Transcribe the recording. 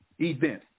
event